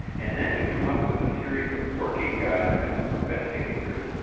and then to come up with a series of working guidelines for investigators,